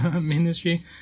ministry